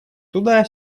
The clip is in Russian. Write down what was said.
туда